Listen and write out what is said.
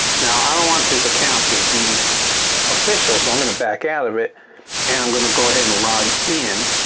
now, i don't want this account to be official so i'm going to back out of it and i'm going to go ahead and log in,